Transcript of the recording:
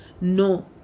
no